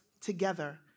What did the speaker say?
together